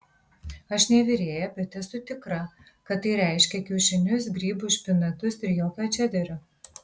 aš ne virėja bet esu tikra kad tai reiškia kiaušinius grybus špinatus ir jokio čederio